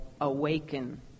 awaken